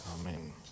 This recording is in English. Amen